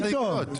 בנפרד.